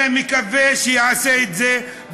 ומקווה שיעשה את זה,